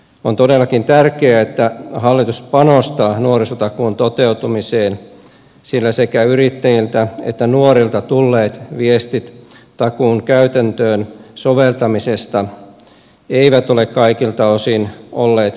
on todellakin tärkeää että hallitus panostaa nuorisotakuun toteutumiseen sillä sekä yrittäjiltä että nuorilta tulleet viestit takuun käytäntöön soveltamisesta eivät ole kaikilta osin olleet positiivisia